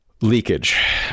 leakage